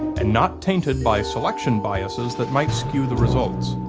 and not tainted by selection biases that might skew the results.